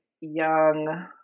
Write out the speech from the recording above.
young